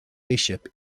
bishop